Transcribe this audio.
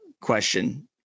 question